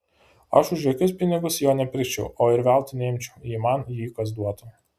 aš už jokius pinigus jo nepirkčiau o ir veltui neimčiau jei man jį kas duotų